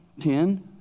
ten